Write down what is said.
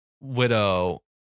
widow